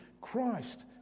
Christ